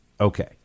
Okay